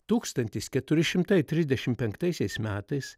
tūkstantis keturi šimtai trisdešim penktaisiais metais